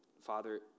father